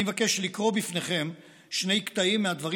אני מבקש לקרוא בפניכם שני קטעים מהדברים